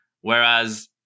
Whereas